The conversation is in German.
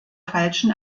falschen